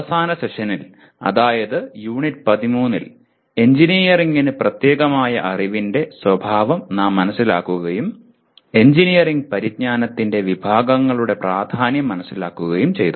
അവസാന സെഷനിൽ അതായത് യൂണിറ്റ് 13 ൽ എഞ്ചിനീയറിംഗിന് പ്രത്യേകമായ അറിവിന്റെ സ്വഭാവം നാം മനസിലാക്കുകയും എഞ്ചിനീയറിംഗ് പരിജ്ഞാനത്തിന്റെ വിഭാഗങ്ങളുടെ പ്രാധാന്യം മനസ്സിലാക്കുകയും ചെയ്തു